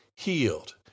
Healed